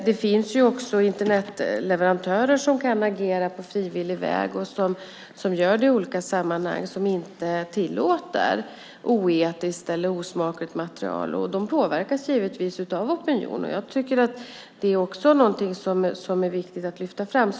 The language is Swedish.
Det finns ju också Internetleverantörer som kan agera på frivillig väg - och gör det också i olika sammanhang - och som inte tillåter oetiskt eller osmakligt material. De påverkas givetvis av opinionen. Jag tycker att det också är någonting som det är viktigt att lyfta fram.